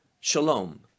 Shalom